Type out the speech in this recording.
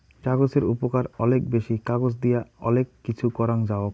কাগজের উপকার অলেক বেশি, কাগজ দিয়া অলেক কিছু করাং যাওক